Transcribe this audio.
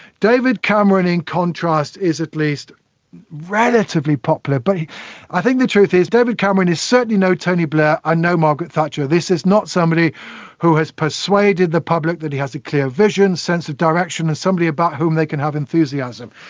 david cameron in contrast is at least relatively popular, but i think the truth is david cameron is certainly no tony blair and ah no margaret thatcher. this is not somebody who has persuaded the public that he has a clear vision, sense of direction, somebody about whom they can have enthusiasm.